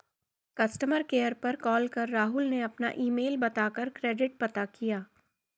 customer care पर call कर राहुल ने अपना ईमेल बता कर क्रेडिट पता किया